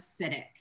acidic